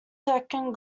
second